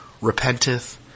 repenteth